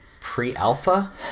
pre-alpha